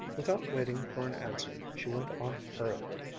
without waiting for an answer she went on hurriedly,